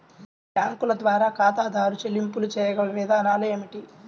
బ్యాంకుల ద్వారా ఖాతాదారు చెల్లింపులు చేయగల విధానాలు ఏమిటి?